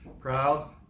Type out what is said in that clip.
Proud